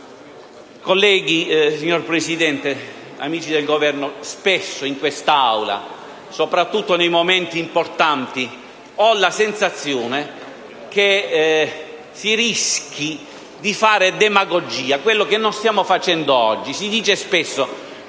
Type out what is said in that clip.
Presidente, amici del Governo, spesso in quest'Aula, soprattutto nei momenti importanti, ho la sensazione che si rischi di fare demagogia, quello che non stiamo facendo oggi.